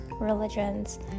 religions